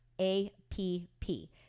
A-P-P